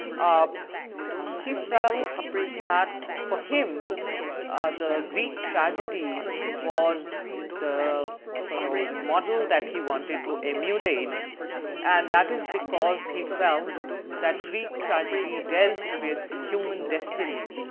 um he felt that for him at ah the greek tragedy was the sort of model that he wanted to emulate and that is because he felt that greek tragedy dealt with human destiny.